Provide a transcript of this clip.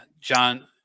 John